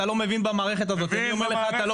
אתה לא מבין במערכת הזאת.